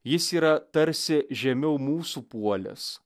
jis yra tarsi žemiau mūsų puolęs